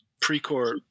Precourt